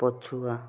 ପଛୁଆ